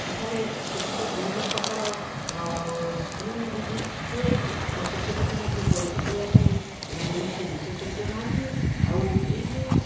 ଏଠାରେ ସେଥିପାଇଁ ବିଭିନ୍ନପ୍ରକାର ସ୍କିନ୍ ଡିଜିଜ୍ ହୁଏ ଆଉ ସେସବୁକୁ ମଧ୍ୟ ପରୀକ୍ଷା କରିବା ପାଇଁ କୌଣସି ବିଶେଷଜ୍ଞ ନାହାନ୍ତି ଆଉ ଏଇ ଯେଉଁ